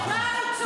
העם רוצה אותו.